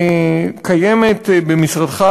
קיימת במשרדך,